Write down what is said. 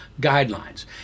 Guidelines